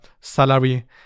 salary